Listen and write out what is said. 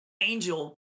Angel